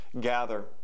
gather